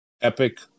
epic